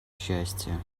счастья